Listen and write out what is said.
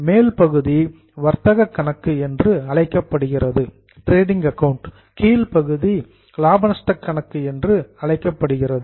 மேல் பகுதி டிரேடிங் வர்த்தக கணக்கு என அழைக்கப்படுகிறது கீழ்ப்பகுதி லாப நஷ்ட கணக்கு என அழைக்கப்படுகிறது